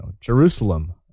Jerusalem